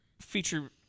feature